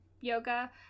yoga